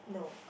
no